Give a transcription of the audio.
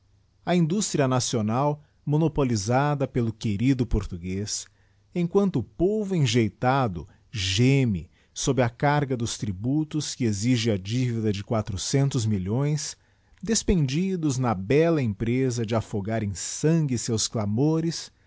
a industria nacional monopolisada pelo querido portuguea em quanto o povo engeitado geme sob a parga dos tributos que exige a divida de quatrocentos milhões despendidos na bella empreza de afogar em sangue seus clamores